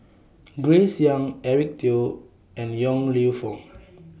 Grace Young Eric Teo and Yong Lew Foong